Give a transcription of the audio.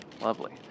lovely